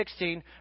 16